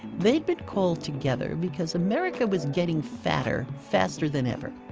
they had been called together because america was getting fatter, faster than ever.